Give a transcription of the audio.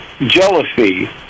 jealousy